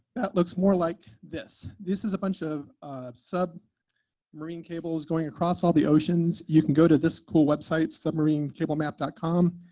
that looks more like this. this is a bunch of sub marine cables going across all the oceans. you can go to this cool website, submarinecablemap com,